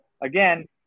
again